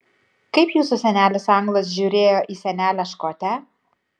kaip jūsų senelis anglas žiūrėjo į senelę škotę